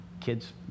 kids